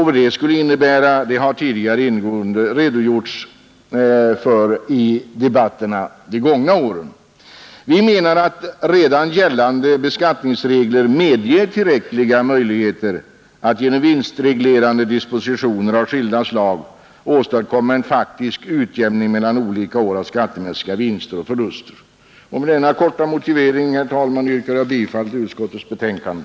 Vad det skulle innebära har tidigare ingående redogjorts för i debatterna under de gångna åren. Vi menar att redan gällande beskattningsregler medger tillräckliga möjligheter att genom vinstreglerande dispositioner av skilda slag åstadkomma en faktisk utjämning mellan olika år av skattemässiga vinster och förluster. Med denna korta motivering, herr talman, yrkar jag bifall till utskottets betänkande.